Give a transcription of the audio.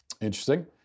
Interesting